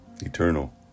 Eternal